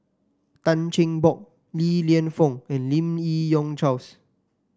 Tan Cheng Bock Li Lienfung and Lim Yi Yong Charles